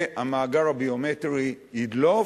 שהמאגר הביומטרי ידלוף.